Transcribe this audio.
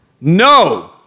No